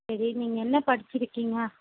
சரி நீங்கள் என்ன படிச்சுருக்கிங்க